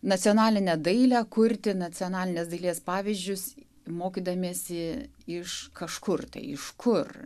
nacionalinę dailę kurti nacionalinės dailės pavyzdžius mokydamiesi iš kažkur iš kur